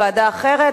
לוועדה אחרת,